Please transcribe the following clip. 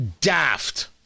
Daft